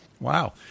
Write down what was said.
Wow